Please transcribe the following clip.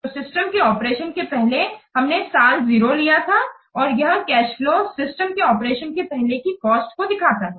तो सिस्टम के ऑपरेशन के पहले हमने साल 0 लिया था और यह कैश फ्लो सिस्टम के ऑपरेशन के पहले की कोस्ट को दिखाता है